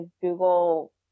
Google